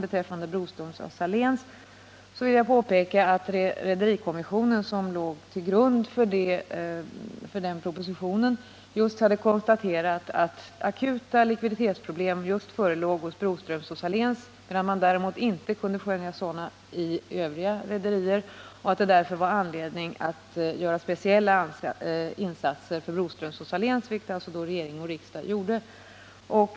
I det avseendet vill jag framhålla att rederikommissionen, vars betänkande låg till grund för propositionen, hade konstaterat att akuta likviditetsproblem förelåg hos Broströms och Salénrederierna men att den däremot inte kunde skönja sådana hos övriga rederier. Kommissionen ansåg därför att det fanns anledning att göra speciella insatser för Broströms och Saléns, och regering och riksdag ställde sig bakom den uppfattningen.